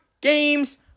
games